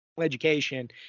education